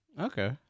okay